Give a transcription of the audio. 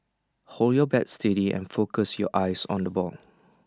hold your bat steady and focus your eyes on the ball